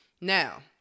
Now